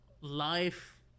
life